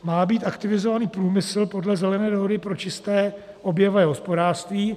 Má být aktivizovaný průmysl podle Zelené dohody pro čisté oběhové hospodářství.